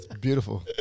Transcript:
Beautiful